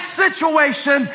situation